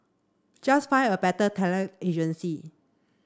just find a better talent agency